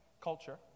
culture